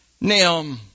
Now